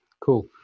cool